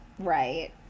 Right